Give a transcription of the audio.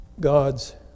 god's